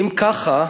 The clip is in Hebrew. אם ככה,